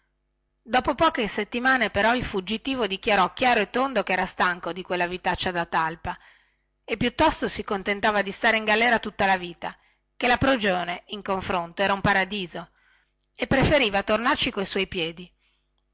dopo poche settimane però il fuggitivo dichiarò chiaro e tondo che era stanco di quella vitaccia da talpa e piuttosto si contentava di stare in galera tutta la vita chè la prigione in confronto era un paradiso e preferiva tornarci coi suoi piedi